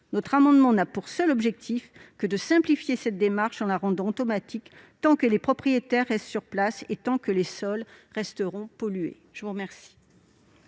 Notre amendement a pour seul objet de simplifier cette démarche en la rendant automatique pour les propriétaires qui restent sur place, tant que les sols resteront pollués. Quel